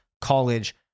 college